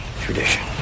tradition